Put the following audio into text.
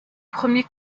premier